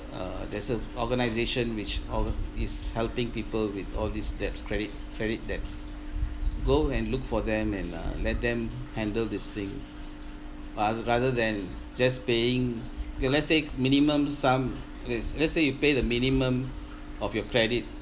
uh there's a organisation which org~ is helping people with all these debts credit credit debts go and look for them and uh let them handle this thing rar~ rather than just paying okay let's say minimum sum is let's say you pay the minimum of your credit